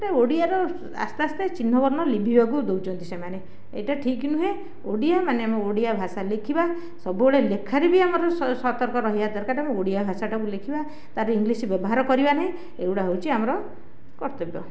ଏଇଟା ଓଡ଼ିଆର ଆସ୍ତେ ଆସ୍ତେ ଚିହ୍ନବର୍ଣ୍ଣ ଲିଭିବାକୁ ଦେଉଛନ୍ତି ସେମାନେ ଏଇଟା ଠିକ୍ ନୁହେଁ ଓଡ଼ିଆ ମାନେ ଆମ ଓଡ଼ିଆ ଭାଷା ଲେଖିବା ସବୁବେଳେ ଲେଖାରେ ବି ଆମର ସତର୍କ ରହିବା ଦରକାର ଓଡ଼ିଆ ଭାଷାଟାକୁ ଲେଖିବା ତାର ଇଙ୍ଗଲିସ୍ ବ୍ୟବହାର କରିବା ନାହିଁ ଏଗୁଡ଼ା ହେଉଛି ଆମର କର୍ତ୍ତବ୍ୟ